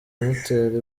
amutera